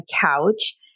couch